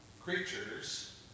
creatures